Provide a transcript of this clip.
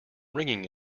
ringing